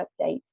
update